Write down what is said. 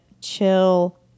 chill